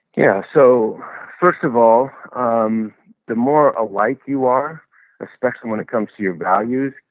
yeah so first of all, um the more alike you are especially when it comes to your values,